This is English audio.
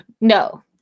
No